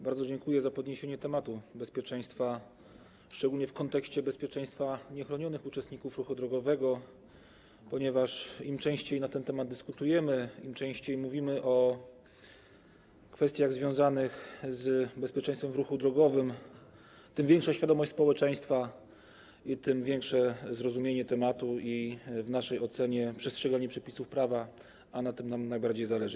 Bardzo dziękuję za podniesienie tematu bezpieczeństwa, szczególnie w kontekście bezpieczeństwa niechronionych uczestników ruchu drogowego, ponieważ im częściej na ten temat dyskutujemy, im częściej mówimy o kwestiach związanych z bezpieczeństwem w ruchu drogowym, tym większa świadomość społeczeństwa i tym większe zrozumienie tematu i w naszej ocenie przestrzeganie przepisów prawa, a na tym nam najbardziej zależy.